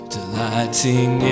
Delighting